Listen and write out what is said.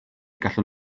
gallwn